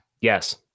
Yes